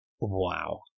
Wow